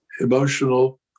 emotional